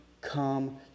come